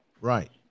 Right